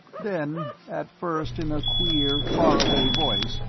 then, at first in a queer, far-away voice,